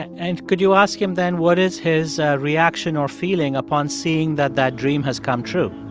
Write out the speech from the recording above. and could you ask him, then, what is his reaction or feeling upon seeing that that dream has come true?